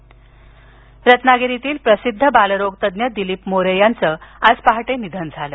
रत्नागिरी निधन रत्नागिरीतील प्रसिद्ध बालरोगतज्ज्ञ दिलीप मोरे यांचं आज पहाटे निधन झालं